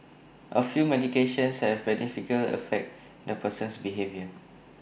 A few medications have some beneficial effects on the person's behaviour